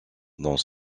dans